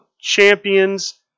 champions